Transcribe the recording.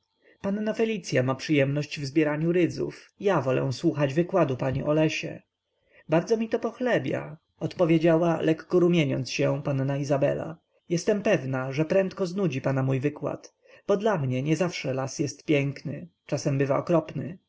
panna felicya ma przyjemność w zbieraniu rydzów ja wolę słuchać wykładu pani o lesie bardzo mi to pochlebia odpowiedziała lekko rumieniąc się panna izabela ale jestem pewna że prędko znudzi pana mój wykład bo dla mnie niezawsze las jest piękny czasem bywa okropny